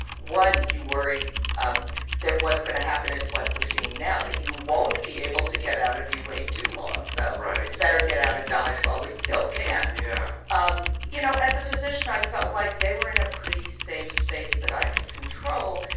one, you worry um that what's going to happen is what we're seeing now, that you won't be able to get out if you wait too long. so. right. better get out of dodge while we still can. yeah. um you know, as a physician, i felt like they were in a pretty safe space that i could control.